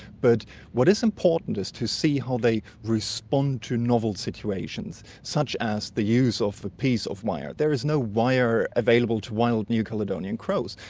but what is important is to see how they respond to novel situations, such as the use of a piece of wire. there is no wire available to wild new caledonian crows,